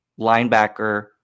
linebacker